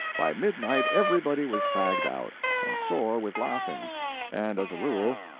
by midnight everybody was fagged out, and sore with laughing and, as a rule,